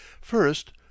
First